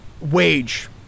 wage